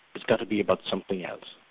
it's got to be about something else.